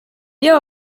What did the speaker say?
iyo